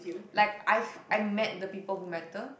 like I I met the people who matter